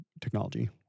technology